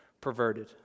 perverted